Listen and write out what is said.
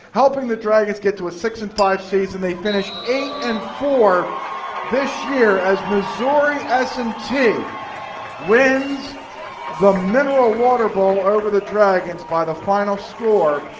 helping the dragons get to a six and five season. they finish eight and four this year as missouri s and t wins the mineral water bowl over the dragons by the final score